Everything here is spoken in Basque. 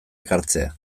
ekartzea